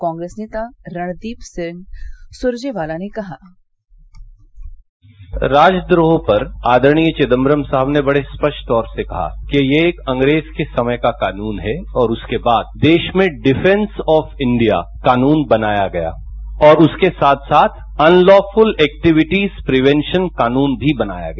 कांग्रेस नेता रणदीप सिंह सुरजेवाला ने कहा राजद्रोह पर आदरणीय चिदम्बरम साहब ने बड़े स्पष्ट तौर से कहा कि ये एक अंग्रेज के समय का कानून है और उसके बाद देश में डिफेन्स ऑफ इंडिया कानून बनाया गया और उसके साथ साथ unlawful activities prevention कानून भी बनाया गया